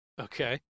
Okay